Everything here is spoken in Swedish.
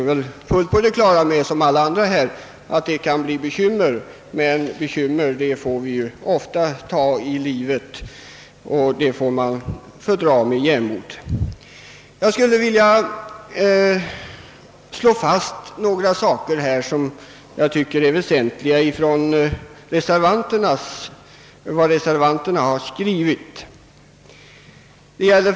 Självfallet är jag på det klara med att det kan bli bekymmer, men de får i detta som i andra fall fördras med jämnmod. Jag vill slå fast några ting i reservationen som jag finner väsentliga.